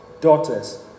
daughters